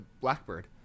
Blackbird